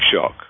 shock